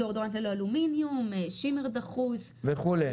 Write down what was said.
דיאודורנט ללא אלומיניום, שימר דחוס וכולי.